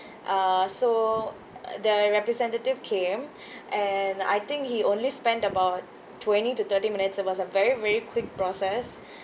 uh so the representative came and I think he only spend about twenty to thirty minutes it was a very very quick process